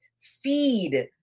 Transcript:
feed